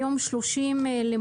היום, 30 במאי,